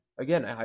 Again